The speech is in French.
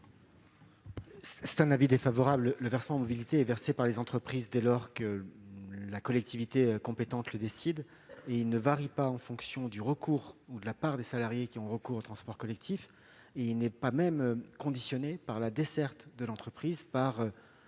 cet amendement. Le versement mobilité est dû par les entreprises, dès lors que la collectivité compétente le décide, et il ne varie pas en fonction de la part des salariés qui ont recours aux transports collectifs. Il n'est pas même conditionné par la desserte de l'entreprise par